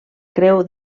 creu